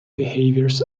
behaviors